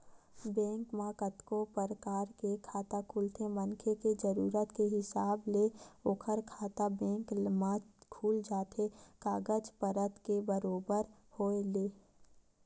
bank म कतको परकार के खाता खुलथे मनखे के जरुरत के हिसाब ले ओखर खाता बेंक म खुल जाथे कागज पतर के बरोबर होय ले